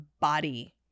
body